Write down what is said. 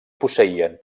posseïen